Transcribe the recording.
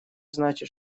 значит